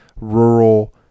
rural